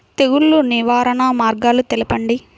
తెగులు నివారణ మార్గాలు తెలపండి?